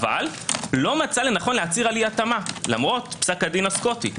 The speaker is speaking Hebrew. אך לא מצא לנכון להצהיר על אי התאמה למרות פסק הדין הסקוטי,